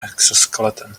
exoskeleton